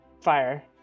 fire